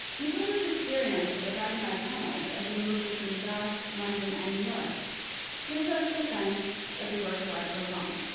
matilda's experience of the fragonard panels as they move between grasse, london and new york gives us the sense that the work of art goes on.